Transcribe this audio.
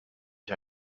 ich